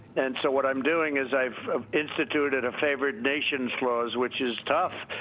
and so what i'm doing is i've um instituted a favored nations clause which is tough,